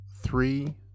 three